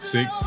Six